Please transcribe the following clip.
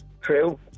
True